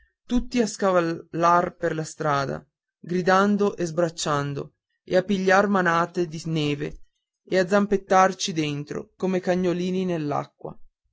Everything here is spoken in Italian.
tutti a scavallar per la strada gridando e sbracciando e a pigliar manate di neve e a zampettarci dentro come cagnolini